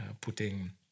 putting